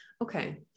Okay